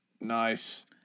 Nice